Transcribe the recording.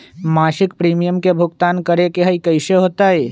मासिक प्रीमियम के भुगतान करे के हई कैसे होतई?